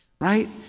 right